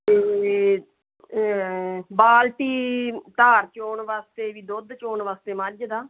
ਅਤੇ ਬਾਲਟੀ ਧਾਰ ਚੋਣ ਵਾਸਤੇ ਵੀ ਦੁੱਧ ਚੋਣ ਵਾਸਤੇ ਮੱਝ ਦਾ